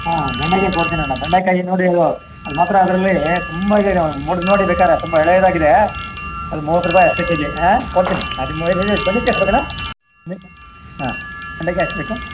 ಹಾಂ ಬೆಂಡೆಕಾಯಿ ಕೊಡ್ತೀನಣ್ಣ ಬೆಂಡೆಕಾಯಿ ನೋಡಿ ಅದು ಅದು ಮಾತ್ರ ಅದರಲ್ಲಿ ತುಂಬ ಇದಿದೆ ಮುರ್ದು ನೋಡಿ ಬೇಕಾದ್ರೆ ತುಂಬ ಎಳೆಯದಾಗಿದೆ ಅದು ಮೂವತ್ತು ರೂಪಾಯಿ ಅಷ್ಟೇ ಕೆಜಿ ಕೊಡ್ತೀನಿ ಅದು ಏನು ಹಾಂ ಹಾಂ ಬೆಂಡೆಕಾಯಿ ಎಷ್ಟು ಬೇಕು